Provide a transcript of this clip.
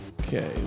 Okay